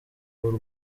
w’u